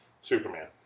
Superman